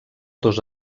dos